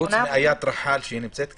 חוץ מאיאת רחאל שנמצאת כאן?